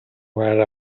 were